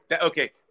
Okay